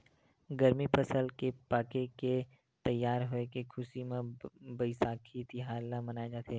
गरमी फसल के पाके के तइयार होए के खुसी म बइसाखी तिहार ल मनाए जाथे